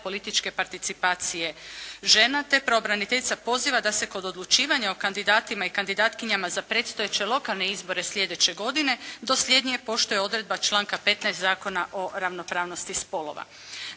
političke participacije. Žena, te pravobraniteljica poziva da se kod odlučivanja o kandidatima i kandidatkinjama za predstojeće lokalne izbore slijedeće godine dosljednije poštuje odredba članka 15. Zakona o ravnopravnosti spolova.